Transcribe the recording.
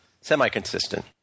semi-consistent